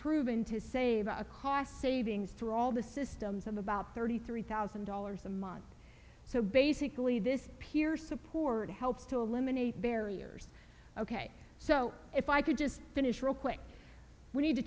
proven to save a cost savings through all the systems of about thirty three thousand dollars a month so basically this peer support helps to eliminate barriers ok so if i could just finish real quick we need to